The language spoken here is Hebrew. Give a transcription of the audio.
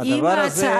הדבר הזה,